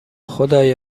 خدای